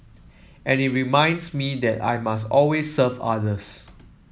and it reminds me that I must always serve others